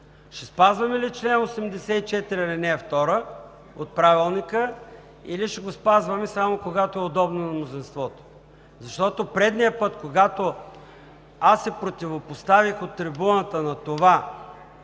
ще спазваме ли чл. 84, ал. 2 от Правилника, или ще го спазваме само когато е удобно на мнозинството? Предния път, когато аз се противопоставих от трибуната на това